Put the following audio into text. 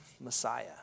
Messiah